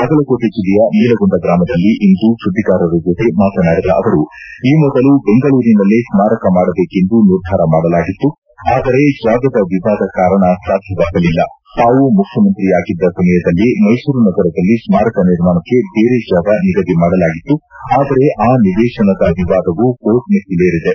ಬಾಗಲಕೋಟೆ ಜಿಲ್ಲೆಯ ನೀಲಗುಂದ ಗ್ರಾಮದಲ್ಲಿ ಇಂದು ಸುದ್ದಿಗಾರರ ಜೊತೆ ಮಾತನಾಡಿದ ಅವರು ಈ ಮೊದಲು ಬೆಂಗಳೂರಿನಲ್ಲೇ ಸ್ಥಾರಕ ಮಾಡಬೇಕೆಂದು ನಿರ್ಧಾರ ಮಾಡಲಾಗಿತ್ತು ಆದರೆ ಮುಖ್ಯಮಂತ್ರಿಯಾಗಿದ್ದ ಸಮಯದಲ್ಲಿ ಮೈಸೂರು ನಗರದಲ್ಲಿ ಸ್ಥಾರಕ ನಿರ್ಮಾಣಕ್ಕೆ ಬೇರೆ ಜಾಗ ನಿಗದಿಮಾಡಲಾಗಿತ್ತು ಆದರೆ ಆ ನಿವೇತನದ ವಿವಾದವೂ ಕೋರ್ಟ್ ಮೆಟ್ಟಿಲೇರಿದೆ